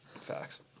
Facts